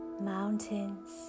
mountains